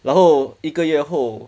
然后一个月后